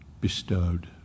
bestowed